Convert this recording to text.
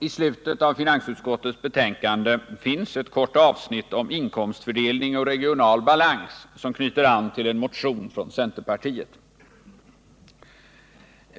I slutet av finansutskottets betänkande finns ett kort avsnitt om inkomstfördelning och regional balans, vilket knyter an till en motion från centerpartiet.